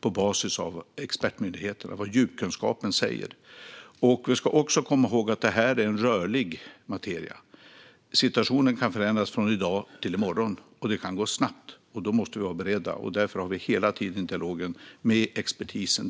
på basis av vad expertmyndigheterna och djupkunskapen säger. Vi ska också komma ihåg att det här är en rörlig materia. Situationen kan förändras från i dag till i morgon, och det kan gå snabbt. Då måste vi vara beredda, och därför har vi hela tiden dialog med expertisen.